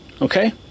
okay